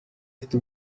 afite